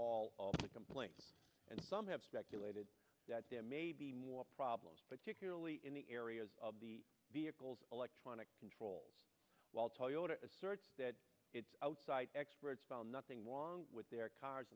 all of the complaints and some have speculated that there may be more problems but securely in the area of the vehicles electronic control while toyota asserts that its outside experts found nothing wrong with their cars